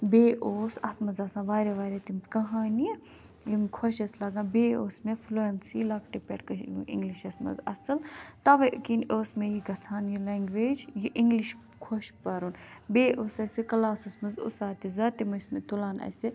بیٚیہِ اوٗس اَتھ منٛز آسان واریاہ واریاہ تِم کہانیہِ یِم خۄش آسہٕ لَگان بیٚیہِ ٲس مےٚ فُلیونسی لَکٹہِ پٮ۪ٹھ اِنٛگلِشَس مَنٛز اصٕل تَوَے کِنۍ ٲسۍ مےٚ یہِ گَژھان یہِ لینٛگویج یہِ اِنٛگلِش خۄش پَرُن بیٚیہِ اوٗس اسہِ کٕلاسَس مَنٛز اُستاد تہِ زیادٕ تِم ٲسۍ مےٚ تُلان اسہِ